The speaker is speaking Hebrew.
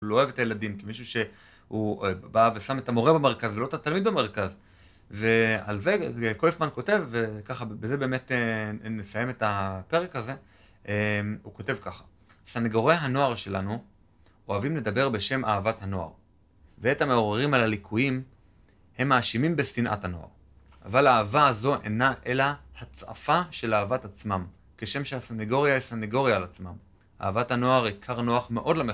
הוא לא אוהב את הילדים, כי מישהו שהוא בא ושם את המורה במרכז, ולא את התלמיד במרכז. ועל זה קויפמן כותב, וככה, בזה באמת נסיים את הפרק הזה, הוא כותב ככה: סנגורי הנוער שלנו אוהבים לדבר בשם אהבת הנוער. ואת המעוררים על הליקויים הם מאשימים בשנאת הנוער. אבל האהבה הזו אינה אלא הצעפה של אהבת עצמם, כשם שהסנגוריה היא סנגוריה על עצמם. אהבת הנוער היא כר נוח מאוד למחקר.